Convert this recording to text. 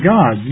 God